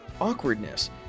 awkwardness